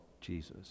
jesus